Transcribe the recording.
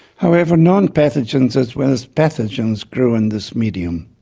however, non-pathogens as well as pathogens grew on this medium.